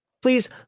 Please